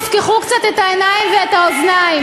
בואו תפקחו קצת את העיניים ואת האוזניים.